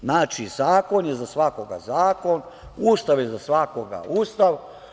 Znači, zakon je za svakoga zakon, Ustav je za svakoga Ustav.